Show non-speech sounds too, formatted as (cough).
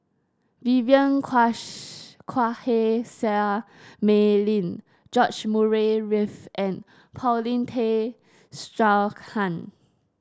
Vivien (unintelligible) Quahe Seah Mei Lin George Murray Reith and Paulin Tay Straughan